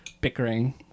bickering